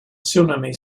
tsunami